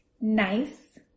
nice